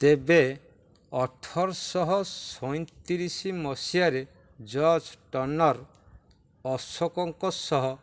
ତେବେ ଅଠରଶହ ସଇଁତିରିଶ ମସିହାରେ ଜର୍ଜ ଟର୍ନର ଅଶୋକଙ୍କ ସହ